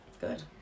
Good